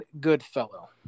Goodfellow